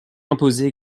imposé